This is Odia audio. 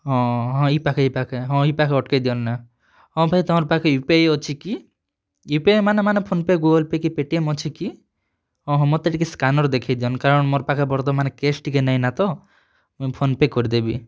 ହଁ ହଁ ଏଇ ପାଖେ ଏଇ ପାଖେ ହଁ ଏଇ ପାଖେ ଅଟକେଇ ଦିଅନା ହଁ ଭାଇ ତମ ପାଖରେ ୟୁ ପି ଆଇ ଅଛି କି ୟୁ ପି ଆଇ ମାନେ ମାନେ ଫୋନ ପେ ଗୁଗୁଲ୍ ପେ କି ପେ ଟି ଏମ୍ ଅଛି କି ହଁ ହଁ ମୋତେ ଟିକେ ସ୍କାନର୍ ଦେଖାଇ ଦିଅନ୍ତୁ କାରଣ ମୋର ପାଖରେ ବର୍ତ୍ତମାନ କ୍ୟାସ୍ ଟିକେ ନେଇନା ତ ମୁଁ ଫୋନ ପେ କରିଦେବି